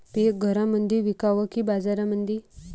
पीक घरामंदी विकावं की बाजारामंदी?